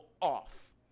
off